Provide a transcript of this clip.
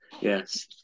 Yes